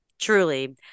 truly